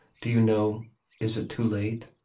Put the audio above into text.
do you know is it too late?